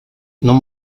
non